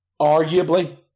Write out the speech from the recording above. arguably